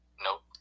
nope